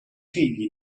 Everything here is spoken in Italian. figli